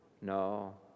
No